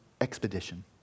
expedition